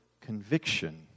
conviction